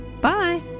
Bye